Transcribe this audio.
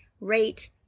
rate